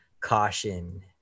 caution